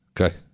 Okay